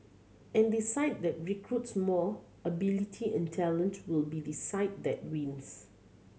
and the side that recruits more ability and talent will be the side that wins